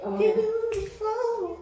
beautiful